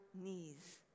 knees